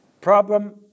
problem